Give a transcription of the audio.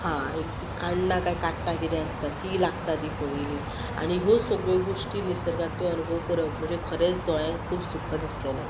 हा एक तीं काण्णां काय काट्टा कितें आसता तीं लागता तीं पळयलीं आनी हो सगळ्यो गोश्टी निसर्गांतल्यो अनुभव कोरप म्हजे खरेंच दोळ्यांक खूब सुखद आसलेलें